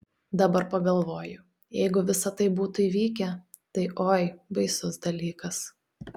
dabar pagalvoju jeigu visa tai būtų įvykę tai oi baisus dalykas